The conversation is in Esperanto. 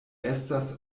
estas